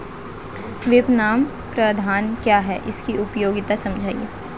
विपणन प्रबंधन क्या है इसकी उपयोगिता समझाइए?